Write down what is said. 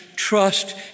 trust